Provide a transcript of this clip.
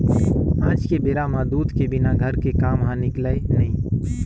आज के बेरा म दूद के बिना घर के काम ह निकलय नइ